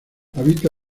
habita